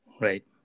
Right